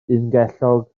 ungellog